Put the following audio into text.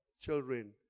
children